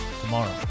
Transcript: tomorrow